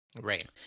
Right